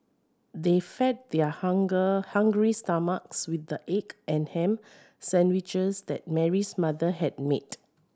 they fed their hunger hungry stomachs with the egg and ham sandwiches that Mary's mother had made